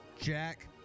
Jack